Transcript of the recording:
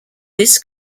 this